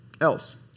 else